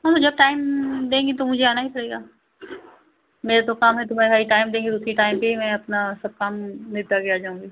हाँ वह जब टाइम देंगी तो मुझे आना ही पड़ेगा मेरे तो काम है तुम्हें भाई टाइम देंगी तो उसी टाइम पर ही मैं अपना सब काम निपटा के आ जाऊँगी